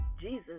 Jesus